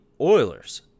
Oilers